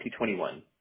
2021